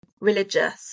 religious